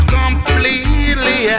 completely